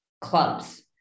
clubs